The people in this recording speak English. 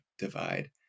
divide